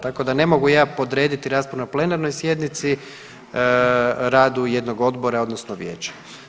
Tako da ne mogu ja podrediti raspravu na plenarnoj sjednici radu jednog odbora odnosno vijeća.